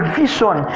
vision